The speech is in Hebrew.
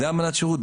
זה אמנת שירות,